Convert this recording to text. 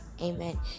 Amen